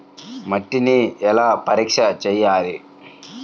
మట్టిని ఎలా పరీక్ష చేయాలి?